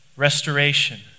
restoration